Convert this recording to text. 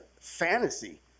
fantasy